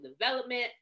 development